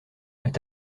est